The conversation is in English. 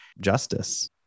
justice